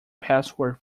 password